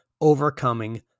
overcoming